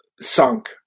sunk